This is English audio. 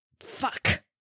Fuck